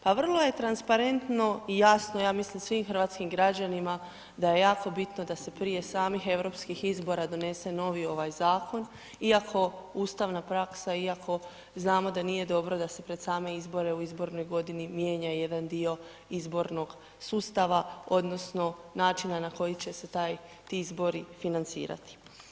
Pa vrlo je transparentno i jasno ja mislim svim hrvatskim građanima da je jako bitno da se prije samih europskih izbora donese novi ovaj zakon iako ustavna praksa, iako znamo da nije dobro da se pred same izbore u izbornoj godini mijenja jedan dio izbornog sustava odnosno načina na koji će se ti izbori financirati.